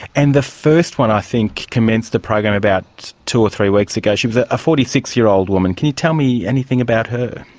and the first one i think commenced the program about two or three weeks ago, she was a ah forty six year old woman. can you tell me anything about her?